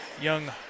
young